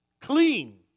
clean